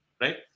Right